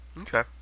Okay